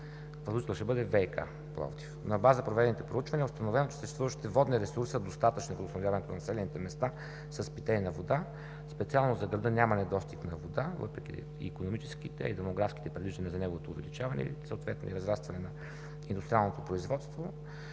на област Пловдив. На база проведените проучвания е установено, че съществуващите водни ресурси са достатъчни за водоснабдяването на населените места с питейна вода. Специално за града няма недостиг на вода, въпреки икономическите и демографските предвиждания за неговото увеличаване, съответно и разрастване на индустриалното производство,